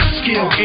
skill